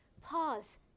pause